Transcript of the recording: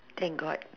thank god